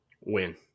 Win